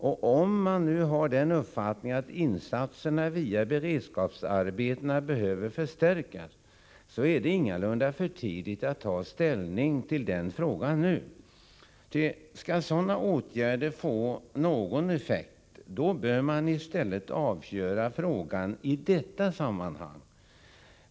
Och om man nu har den uppfattningen att insatserna via beredskapsarbetena behöver förstärkas, så är det ingalunda för tidigt att ta ställning till den frågan nu. Skall sådana åtgärder få någon effekt bör man i stället avgöra frågan i detta sammanhang.